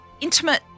intimate